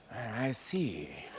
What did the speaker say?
i see.